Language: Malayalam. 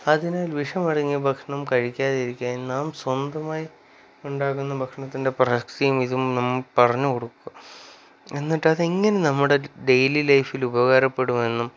അതിനാൽ വിഷമടങ്ങിയ ഭക്ഷണം കഴിക്കാതിരിക്കുക നാം സ്വന്തമായി ഉണ്ടാക്കുന്ന ഭക്ഷണത്തിൻ്റെ പ്രസക്തിയും ഇതും നമ്മള് പറഞ്ഞുകൊടുക്കുക എന്നിട്ട് അതെങ്ങനെ നമ്മുടെ ഡെയിലി ലൈഫിൽ ഉപകാരപ്പെടുമെന്നും